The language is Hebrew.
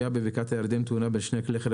הייתה בבקעת הירדן תאונה בין שני כלי רכב